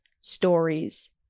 stories